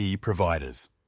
providers